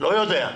לא יודע.